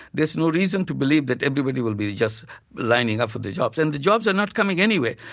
there's no reason to believe that everybody will be just lining up for the jobs. and the jobs are not coming anyway.